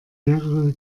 mehrere